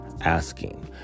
asking